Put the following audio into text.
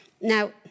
Now